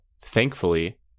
thankfully